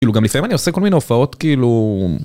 כאילו גם לפעמים אני עושה כל מיני הופעות, כאילו...